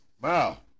Wow